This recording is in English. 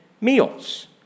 meals